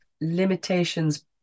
limitations